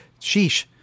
Sheesh